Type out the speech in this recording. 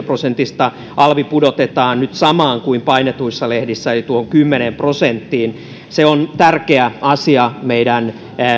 prosentista alvi pudotetaan nyt samaan kuin painetuissa lehdissä eli tuohon kymmeneen prosenttiin se on tärkeä asia meidän